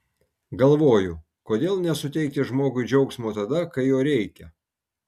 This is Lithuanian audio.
galvoju kodėl nesuteikti žmogui džiaugsmo tada kai jo reikia